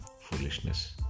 foolishness